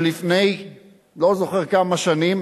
שלפני לא זוכר כמה שנים,